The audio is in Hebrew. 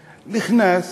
נכנס,